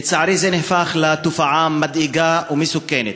לצערי זה הפך לתופעה מדאיגה ומסוכנת.